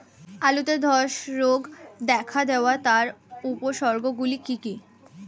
আলুতে ধ্বসা রোগ দেখা দেয় তার উপসর্গগুলি কি কি?